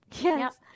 Yes